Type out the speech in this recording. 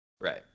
Right